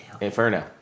Inferno